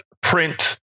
print